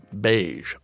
beige